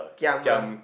giam ah